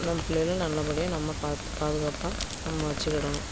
நம்ம பிள்ளைகள நல்லபடியாக நம்ம பார்த்து பாதுகாப்பாக நம்ம வச்சிக்கிடணும்